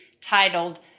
titled